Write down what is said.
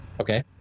Okay